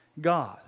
God